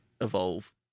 evolve